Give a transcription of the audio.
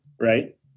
right